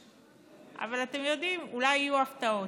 אבל, אתם יודעים, אולי יהיו הפתעות.